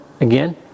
again